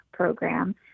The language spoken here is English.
program